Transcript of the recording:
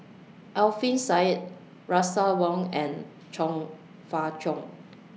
Alfian Sa'at Russel Wong and Chong Fah Cheong